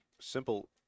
simple